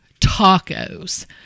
tacos